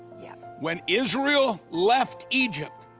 yap. when israel left egypt,